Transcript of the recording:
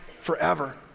forever